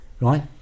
right